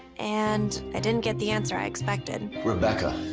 and i didn't get the answer i expected. rebecca.